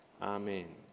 Amen